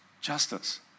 justice